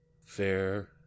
Fair